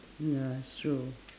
ya it's true